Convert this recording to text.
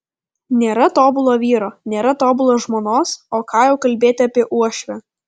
nėra tobulo vyro nėra tobulos žmonos o ką jau kalbėti apie uošvę